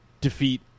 defeat